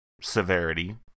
severity